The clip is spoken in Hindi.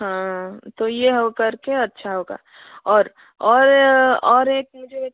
हाँ तो ये हो कर के अच्छा होगा और और एक मुझे